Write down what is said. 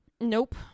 Nope